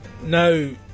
no